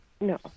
No